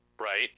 Right